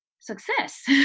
success